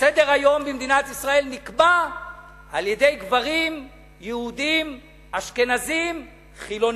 שסדר-היום במדינת ישראל נקבע על-ידי גברים יהודים אשכנזים חילונים.